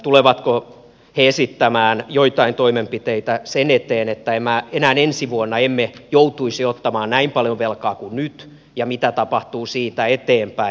tulevatko he esittämään joitain toimenpiteitä sen eteen että enää ensi vuonna emme joutuisi ottamaan näin paljon velkaa kuin nyt ja mitä tapahtuu siitä eteenpäin